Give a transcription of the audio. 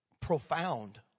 Profound